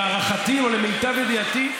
להערכתי ולמיטב ידיעתי,